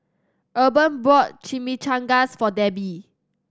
Urban bought Chimichangas for Debi